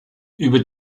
über